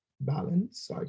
balance